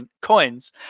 coins